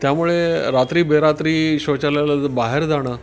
त्यामुळे रात्री बेरात्री शौचालयाला तर बाहेर जाणं